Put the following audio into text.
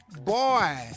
boy